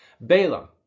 Balaam